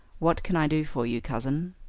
what can i do for you, cousin?